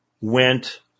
went